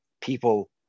People